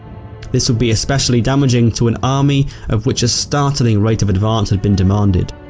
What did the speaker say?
this would be especially damaging to an army of which a startling rate of advance had been demanded,